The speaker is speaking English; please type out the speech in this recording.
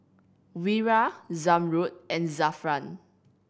Wira Zamrud and Zafran